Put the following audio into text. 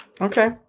Okay